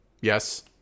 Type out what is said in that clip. yes